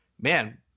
man